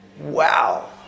Wow